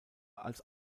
als